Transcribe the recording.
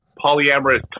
polyamorous